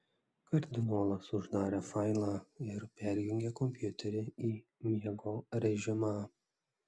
kardinolas uždarė failą ir perjungė kompiuterį į miego režimą